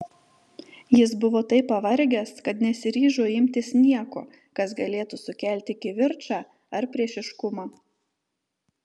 jis buvo taip pavargęs kad nesiryžo imtis nieko kas galėtų sukelti kivirčą ar priešiškumą